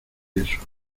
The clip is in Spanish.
eso